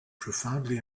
profoundly